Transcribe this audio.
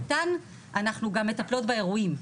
איתן אנחנו גם מטפלות באירועים.